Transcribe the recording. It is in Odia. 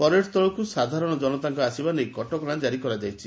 ପରେଡ ସ୍ଥୁଳକୁ ସାଧାରଣ ଜନତାଙ୍କ ଆସିବା ନେଇ କଟକଣା ଜାରି କରାଯାଇଛି